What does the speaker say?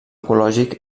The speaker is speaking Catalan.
ecològic